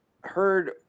heard